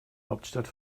hauptstadt